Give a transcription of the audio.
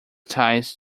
ties